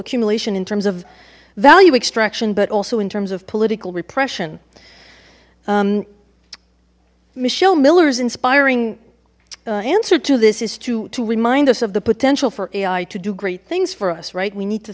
accumulation in terms of value extraction but also in terms of political repression michelle miller's inspiring answer to this is to remind us of the potential for ai to do great things for us right we need to